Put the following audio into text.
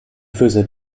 faisait